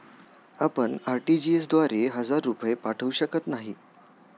आपण आर.टी.जी.एस द्वारे हजार रुपये पाठवू शकत नाही